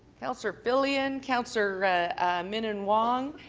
councillor filion, councillor minnan-wong,